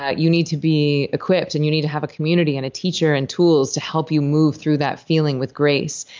ah you need to be equipped, and you need to have a community and a teacher and tools to help you move through that feeling with grace,